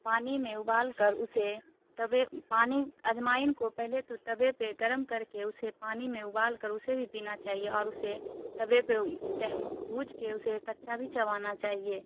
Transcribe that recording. پانی میں ابال کر اسے توے پانی اجوائن کو پہلے تو توے پہ گرم کر کے اسے پانی میں ابال کر اسے بھی پینا چاہیے اور اسے توے پہ بھونج کے اسے کچا بھی چبانا چاہیے